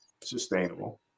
sustainable